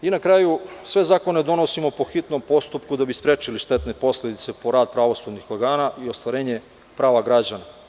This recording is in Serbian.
Na kraju, sve zakone donosimo po hitnom postupku kako bi sprečili štetne posledice po rad pravosudnih organa i ostvarenje prava građana.